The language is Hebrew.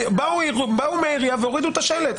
באו מהעירייה והורידו את השלט.